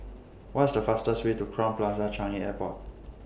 What IS The fastest Way to Crowne Plaza Changi Airport